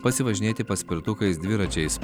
pasivažinėti paspirtukais dviračiais